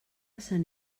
sant